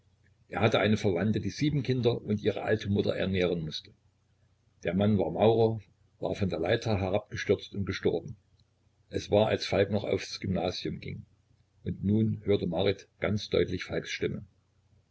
er hatte eine verwandte die sieben kinder und ihre alte mutter ernähren mußte der mann war maurer war von der leiter herabgestürzt und gestorben es war als erik noch aufs gymnasium ging und nun hörte marit ganz deutlich falks stimme